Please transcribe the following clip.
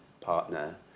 partner